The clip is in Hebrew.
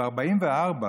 בן 95 שטוען שב-1944,